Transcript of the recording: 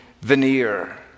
veneer